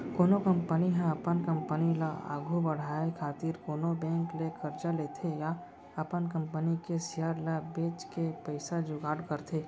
कोनो कंपनी ह अपन कंपनी ल आघु बड़हाय खातिर कोनो बेंक ले करजा लेथे या अपन कंपनी के सेयर ल बेंच के पइसा जुगाड़ करथे